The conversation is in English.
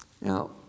Now